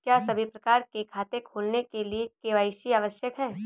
क्या सभी प्रकार के खाते खोलने के लिए के.वाई.सी आवश्यक है?